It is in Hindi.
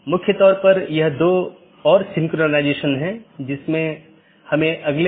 एक विशेष उपकरण या राउटर है जिसको BGP स्पीकर कहा जाता है जिसको हम देखेंगे